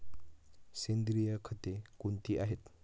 सेंद्रिय खते कोणती आहेत?